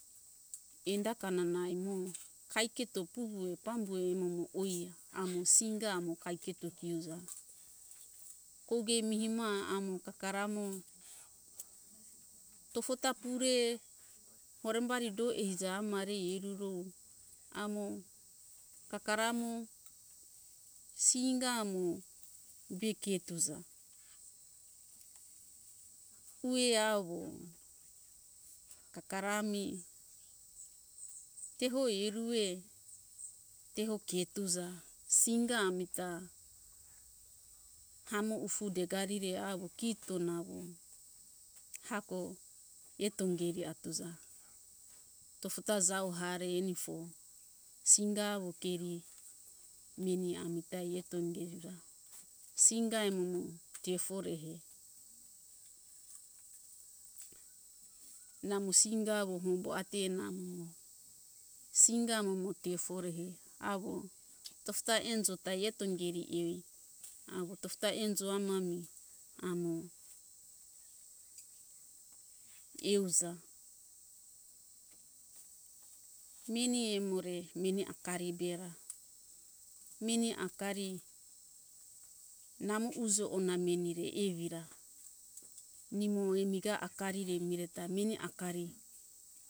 Enda kananai mu kaiketo puhue pambue emomo oie amo singa amo kaiketo kiuza kouge mi hima amo kakara amo tofota pure orembari do eiza amarei erurou amo kakara mo singa amo be ke tuza uwe awo kakara ami tehoi erue teho ketuza singa amita hamo ufu degarire awo kito nawo hako eto ingeri atuza tofota jau hare enifo singa awo keri meni amita yeto ingerira singa emomo teforehe namo singa awo hombo atie namomo singa amo mo teforehe awo tofota enjo ta eto ingeri eoi awo tofota enjo amami amo euja meni emore meni akaribera meni akari namo ujo ona menire evira nimo emiga akarire mireta meni akari